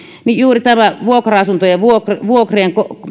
juuri näistä vuokra asuntojen